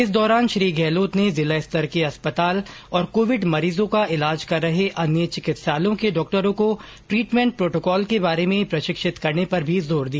इस दौरान श्री गहलोत ने जिला स्तर के अस्पताल और कोविड मरीजों का इलाज कर रहे अन्य चिकित्सालयों के डॉक्टरों को ट्रीटमेन्ट प्रोटोकॉल के बारे में प्रशिक्षित करने पर भी जोर दिया